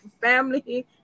family